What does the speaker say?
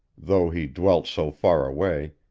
though he dwelt so far away,